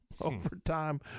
overtime